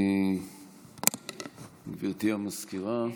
גברתי המזכירה,